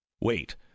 wait